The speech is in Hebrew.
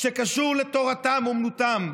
שקשור לתורתם אומנותם.